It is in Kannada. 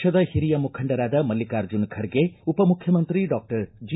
ಪಕ್ಷದ ಹಿರಿಯ ಮುಖಂಡರಾದ ಮಲ್ಲಿಕಾರ್ಜುನ ಖರ್ಗೆ ಉಪಮುಖ್ಯಮಂತ್ರಿ ಡಾಕ್ಟರ್ ಜಿ